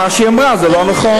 מה שהיא אמרה זה לא נכון.